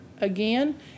again